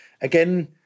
again